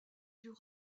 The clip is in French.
plus